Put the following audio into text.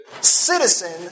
citizen